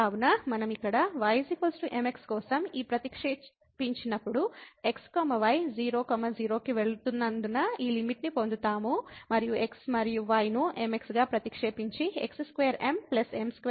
కాబట్టి మనం ఇక్కడ ymx కోసం దీనిని ప్రతిక్షేపించినప్పుడు x y 00 కి వెళుతున్నందున ఈ లిమిట్ని పొందుతాము మరియు x y ను mx గా ప్రతిక్షేపించి x2m m2 x2 తో విభజించారు